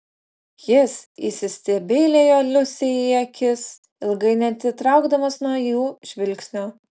jis įsistebeilijo liusei į akis ilgai neatitraukdamas nuo jų žvilgsnio